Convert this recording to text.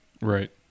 Right